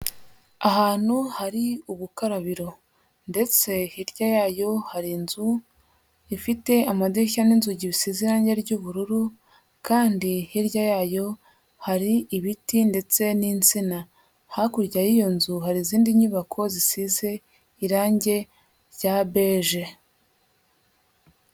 Ahantu hari ubukarabiro ndetse hirya yayo hari inzu ifite amadirishya n'inzugi bisize irangi ry'ubururu kandi hirya yayo hari ibiti ndetse n'insina, hakurya y'iyo nzu hari izindi nyubako zisize irangi rya beje.